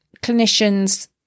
clinicians